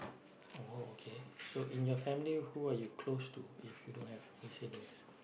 oh okay so in your family who are you close to if you don't have any siblings